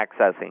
accessing